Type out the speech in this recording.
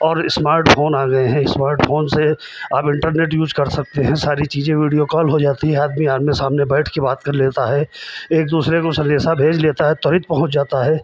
और smart phone आ गए हैं इस्मार्ट फ़ोन से आप इंटरनेट यूज़ कर सकते हैं सारी चीज़ें वीडियो कॉल हो जाती है आदमी आमने सामने बैठ के बात कर लेता है एक दूसरे को संदेशा भेज लेता है त्वरित पहुँच जाता है